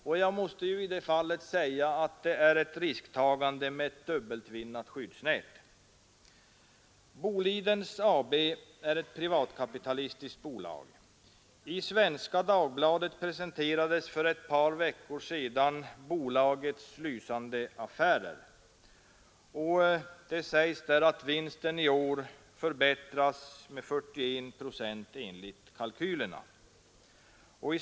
Det är i så fall ett risktagande "med dubbeltvinnat skyddsnät. Boliden AB är ett rikt privatkapitalistiskt bolag. I Svenska Dagbladet presenterades för ett par veckor sedan bolagets lysande affärer. Det framgick att vinsten i år förbättras med 45 procent enligt kalkylerna.